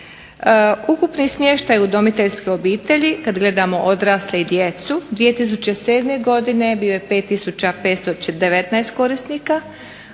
Ukupni smještaj udomiteljska obitelji kada gledamo odrasle i djecu 2007. godine bio je 5 tisuća 519 korisnika,